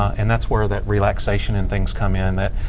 and that's where that relaxation and things come in.